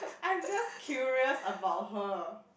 I'm just curious about her